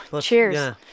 Cheers